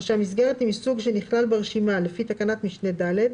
או שהמסגרת היא מאותו סוג שנכלל ברשימה לפי תקנת משנה (ד),